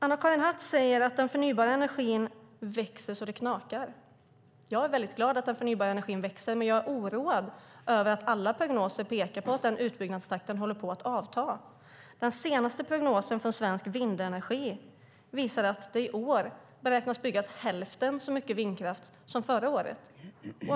Anna-Karin Hatt säger att andelen förnybar energi växer så det knakar. Jag är väldigt glad att den förnybara energins andel ökar, men jag är oroad. Alla prognoser pekar på att utbyggnadstakten håller på att avta. Den senaste prognosen från Svensk Vindenergi visar att det i år beräknas byggas hälften så mycket vindkraft som förra året.